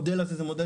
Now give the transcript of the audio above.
המודל הזה הוא מודל